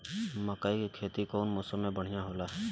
मकई के खेती कउन मौसम में बढ़िया होला?